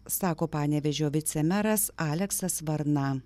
sako panevėžio vicemeras aleksas varna